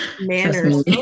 manners